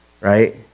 right